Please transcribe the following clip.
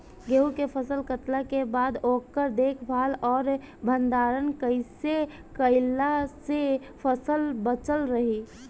गेंहू के फसल कटला के बाद ओकर देखभाल आउर भंडारण कइसे कैला से फसल बाचल रही?